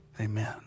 Amen